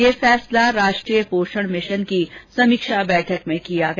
यह फैसला राष्ट्रीय पोषण मिशन की समीक्षा बैठक में किया गया